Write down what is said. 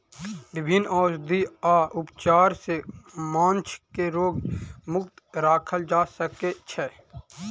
विभिन्न औषधि आ उपचार सॅ माँछ के रोग मुक्त राखल जा सकै छै